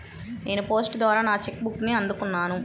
నేను పోస్ట్ ద్వారా నా చెక్ బుక్ని అందుకున్నాను